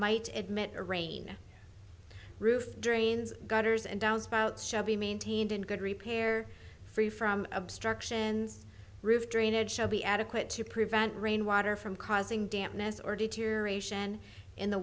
might admit to rain roof drains gutters and downspouts shall be maintained in good repair free from obstructions roof drainage shall be adequate to prevent rainwater from causing dampness or deterioration in the